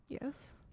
Yes